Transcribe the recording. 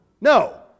No